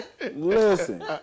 listen